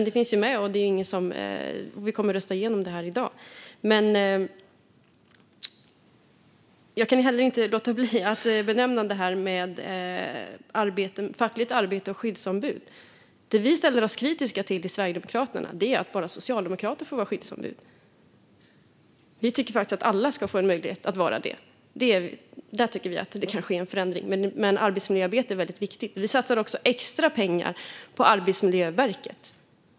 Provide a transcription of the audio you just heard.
Det finns ju med, och vi kommer att rösta igenom det i dag. Jag kan inte låta bli att nämna detta med fackligt arbete och skyddsombud. Det vi i Sverigedemokraterna ställer oss kritiska till är att bara socialdemokrater får vara skyddsombud. Vi tycker att alla ska få möjlighet att vara det; där tycker vi att det kan ske en förändring. Men arbetsmiljöarbete är väldigt viktigt. Vi satsar också extra pengar på Arbetsmiljöverket.